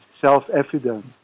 self-evident